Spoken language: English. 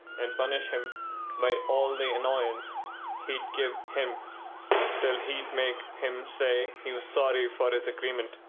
and punish him by all the annoyance he'd give him till he'd make him say he was sorry for his agreement.